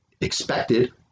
expected